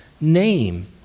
name